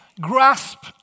Grasp